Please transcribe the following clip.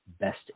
best